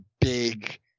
big